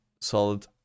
solid